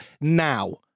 now